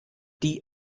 die